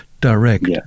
direct